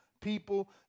people